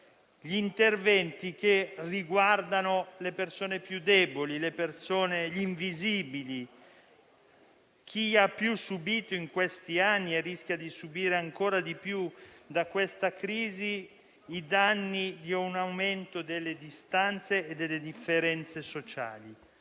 gli interventi che riguardano le persone più deboli, gli invisibili, chi in questi anni ha più subito e rischia di subire ancora di più da questa crisi i danni di un aumento delle distanze e delle differenze sociali.